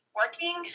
working